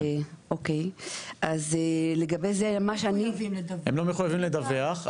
הם לא מחויבים לדווח,